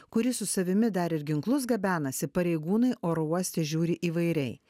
kuri su savimi dar ir ginklus gabenasi pareigūnai oro uoste žiūri įvairiai